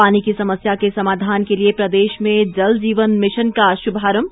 पानी की समस्या के समाधान के लिए प्रदेश में जल जीवन मिशन का शुभारंभ